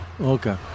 Okay